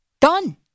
Done